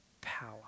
power